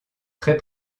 très